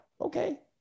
Okay